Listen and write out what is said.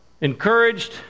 encouraged